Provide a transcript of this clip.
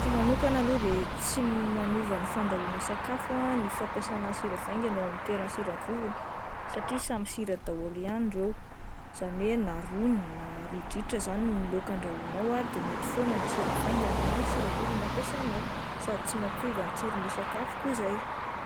Hevitro manokana aloha de tsy manova ny fandrahoana sakafo ah ny fampiasaina sira vaingany eo amin'ny toeran'ny sira vovony satria samy sira daholo ihany ireo izany hoe na rony na ridritra izany ny laoka andrahoanao ah de mety foana na sira vaingany na sira vovony no ampiasainao, sady tsy mampiova ny tsiron'ilay sakafo koa izay.